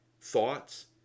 thoughts